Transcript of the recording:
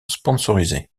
sponsorisée